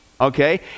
okay